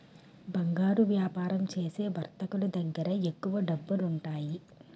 బంగారు వ్యాపారం చేసే వర్తకులు దగ్గర ఎక్కువ డబ్బులుంటాయి